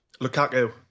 Lukaku